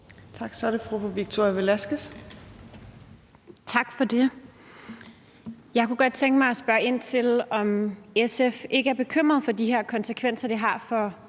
Velasquez. Kl. 14:47 Victoria Velasquez (EL): Tak for det. Jeg kunne godt tænke mig at spørge, om SF ikke er bekymret for de konsekvenser, det har for